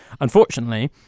Unfortunately